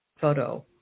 photo